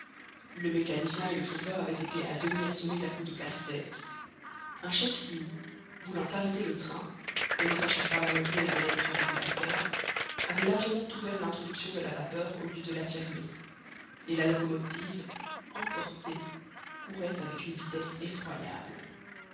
le mécanicien et le chauffeur avaient été à demi assommés à coups de casse-tête un chef sioux voulant arrêter le train mais ne sachant pas manoeuvrer la manette du régulateur avait largement ouvert l'introduction de la vapeur au lieu de la fermer et la locomotive emportée courait avec une vitesse effroyable